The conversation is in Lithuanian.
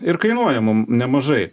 ir kainuoja mum nemažai